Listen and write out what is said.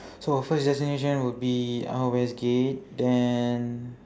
so our first destination will be uh westgate then